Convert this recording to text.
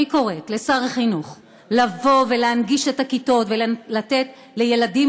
אני קוראת לשר החינוך לבוא ולהנגיש את הכיתות ולתת לילדים